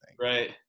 Right